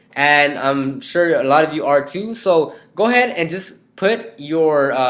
and i'm sure yeah a lot of you are too. so go ahead and just put your,